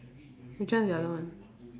which one is the other one